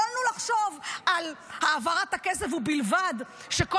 יכולנו לחשוב על העברת הכסף ובלבד שכל